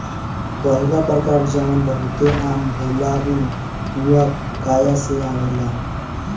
पहिला प्रकार जवन बहुते आम होला उ हुआकाया से आवेला